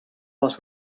les